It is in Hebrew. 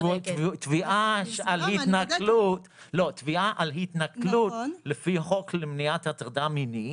שתביעה על התנכלות לפי חוק למניעת הטרדה מינית